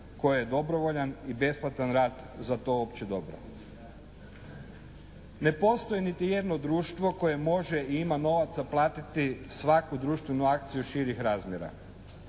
koje je dobrovoljan i besplatan rad za to opće dobro. Ne postoji niti jedno društvo koje može i ima novaca platiti svaku društvenu akciju širih razmjera.